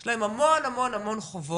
יש להם המון, המון, המון חובות,